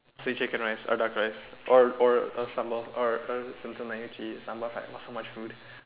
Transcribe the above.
say chicken rice or duck rice or or or sambal or so much food